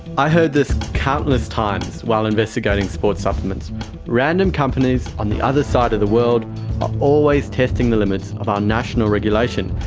i heard this countless times while investigating sports supplements random companies on the other side of the world are always testing the limits of our national regulation,